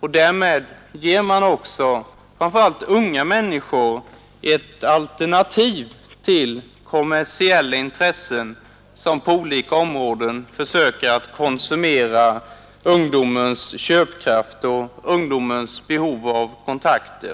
och därmed ger man också framför allt unga människor ett alternativ till kommersiella intressen som på olika områden försöker konsumera ungdomens köpkraft och behov av kontakt.